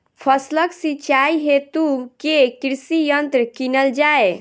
फसलक सिंचाई हेतु केँ कृषि यंत्र कीनल जाए?